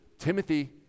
Timothy